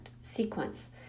sequence